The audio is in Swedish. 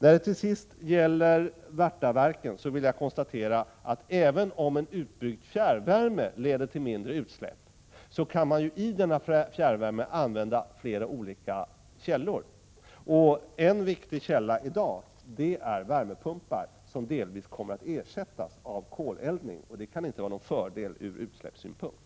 När det till sist gäller Värtaverket vill jag konstatera, att även om utbyggd fjärrvärme leder till mindre utsläpp kan man i detta fjärrvärmesystem använda flera olika energikällor. En viktig källa i dag är värmepumpar, som delvis kommer att ersättas av koleldning — och det kan inte vara någon fördel ur utsläppssynpunkt.